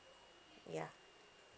ya